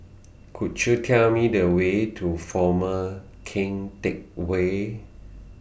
Could YOU Tell Me The Way to Former Keng Teck Whay